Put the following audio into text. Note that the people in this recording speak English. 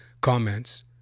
comments